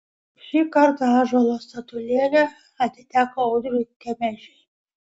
šį kartą ąžuolo statulėlė atiteko audriui kemežiui